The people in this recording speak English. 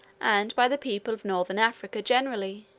and by the people of northern africa generally.